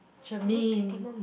Germaine